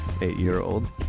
eight-year-old